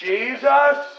Jesus